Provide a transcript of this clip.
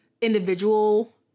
individual